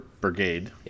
Brigade